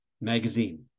Magazine